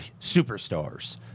superstars